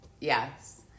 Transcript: yes